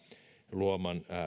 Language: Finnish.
luoman